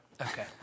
okay